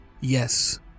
Yes